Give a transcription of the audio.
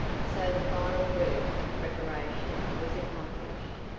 so the final work of preparation was accomplished,